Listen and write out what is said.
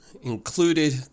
included